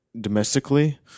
domestically